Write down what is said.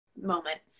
moment